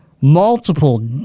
multiple